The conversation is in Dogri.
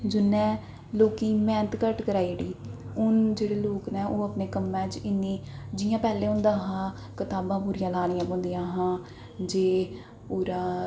जि'न्नै लोकें दी मेह्नत घट्ट कराई ओड़ी हून जेह्ड़े लोक न ओह् अपने कम्मै च इन्नी जि'यां पैह्लें होंदा हा कताबां पूरियां लानियां पौंदियां हां जे पूरा